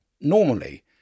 normally